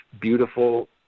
beautiful